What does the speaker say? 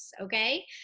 okay